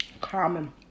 Common